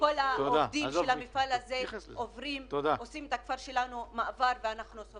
כל עובדי המפעל עוברים בכפר שלנו ואנחנו סובלים מזה.